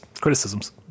criticisms